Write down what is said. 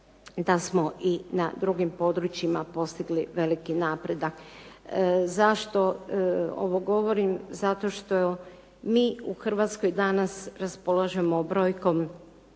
da smo i na drugim područjima postigli veliki napredak. Zašto ovo govorim? Zato što mi u Hrvatskoj danas raspolažemo brojkom